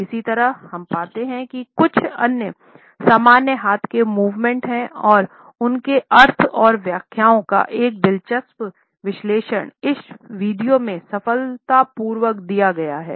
इसी तरह हम पाते हैं कि कुछ सामान्य हाथ के मूवमेंट और उनके अर्थ और व्याख्याओं का एक दिलचस्प विश्लेषण इस वीडियो में सफलतापूर्वक दिया गया है